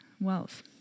wealth